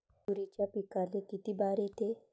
तुरीच्या पिकाले किती बार येते?